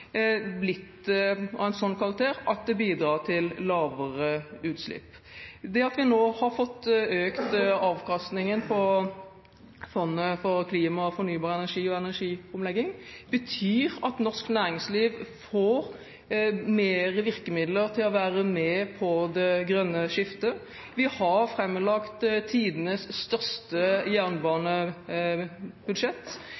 blitt av en sånn karakter at det bidrar til lavere utslipp. Det at vi nå har fått økt avkastningen på fondet for klima, fornybar energi og energiomlegging, betyr at norsk næringsliv får flere virkemidler til å være med på det grønne skiftet. Vi har framlagt tidenes største